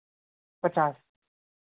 पचास